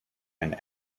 and